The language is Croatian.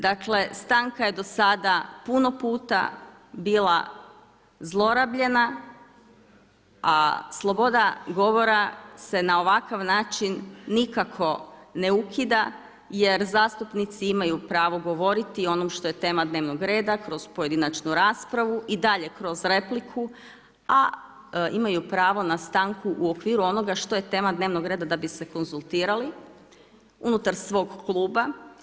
Dakle stanka je do sada puno puta bila zlorabljena, a sloboda govora se na ovakav način nikako ne ukida jer zastupnici imaju pravo govoriti o onom što je tema dnevnog reda kroz pojedinačnu raspravu i dalje kroz repliku, a imaju pravo na stanku u okviru onoga što je tema dnevnog reda da bi se konzultirali unutar svog kluba.